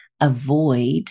avoid